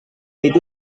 itu